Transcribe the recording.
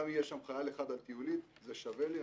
גם אם יהיה שם חייל אחד על טיולית זה שווה לי,